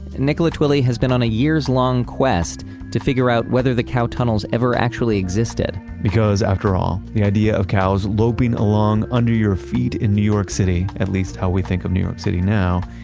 and nicola twilley has been on a years long quest to figure out whether the cow tunnels ever actually existed because after all, the idea of cows loping along under your feet in new york city, at least how we think of new york city now,